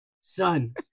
Son